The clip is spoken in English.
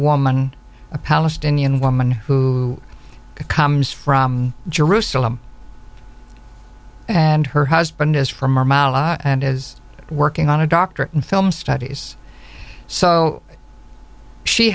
woman a palestinian woman who comes from jerusalem and her husband us from ramallah and is working on a doctorate in film studies so she